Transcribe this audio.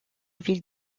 ville